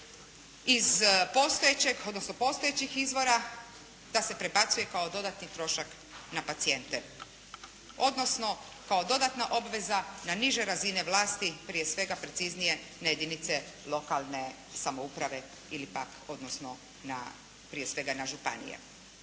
postojećih izvora, da se prebacuje kao dodatni trošak na pacijente, odnosno kao dodatna obveza na niže razine vlasti, prije svega preciznije na jedinice lokalne samouprave ili pak odnosno prije svega na županije.